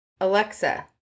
Alexa